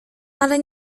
ale